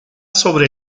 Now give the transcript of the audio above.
sobre